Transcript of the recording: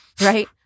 Right